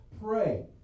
Pray